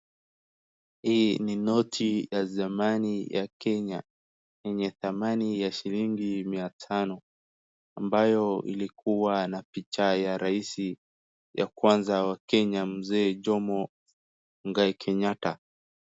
Hii ni noti ya zamani ya Kenya, yenye dhamani ya shilingi mia tano, ambayo ilikuwa na picha ya raisi, ya kwanza ya Kenya mzee Jomo Muigai Kenyatta.